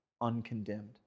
uncondemned